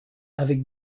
avec